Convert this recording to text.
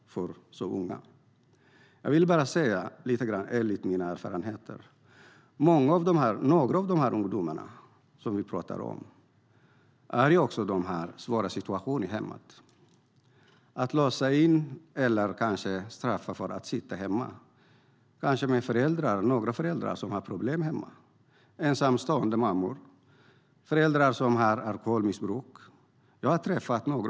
Jag vill bara säga något enligt min egen erfarenhet. Några av de ungdomarna som vi pratar om har också en svår situation i hemmet. Ska vi straffa dem genom att de ska sitta hemma, kanske med föräldrar som har problem? Det kan vara ensamstående mammor och föräldrar som har alkoholmissbruk.